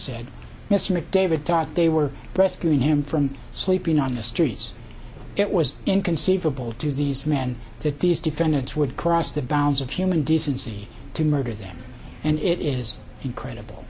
mr david thought they were rescuing him from sleeping on the streets it was inconceivable to these men to these defendants would cross the bounds of human decency to murder them and it is incredible